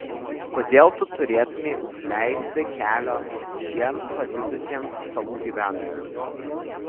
kodėl tu turėtumei užleisti kelio šiems pasiutusiems salų gyventojams